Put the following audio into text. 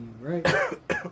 right